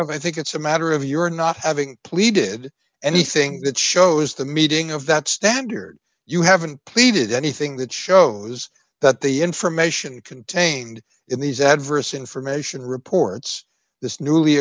i think it's a matter of your not having pleaded anything that shows the meeting of that standard you haven't pleaded anything that shows that the information contained in these adverse information reports this newly